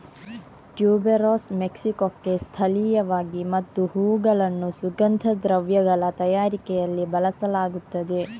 tuberose ಮೆಕ್ಸಿಕೊಕ್ಕೆ ಸ್ಥಳೀಯವಾಗಿದೆ ಮತ್ತು ಹೂವುಗಳನ್ನು ಸುಗಂಧ ದ್ರವ್ಯಗಳ ತಯಾರಿಕೆಯಲ್ಲಿ ಬಳಸಲಾಗುತ್ತದೆ